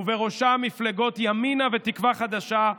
ובראשה מפלגות ימינה ותקווה חדשה,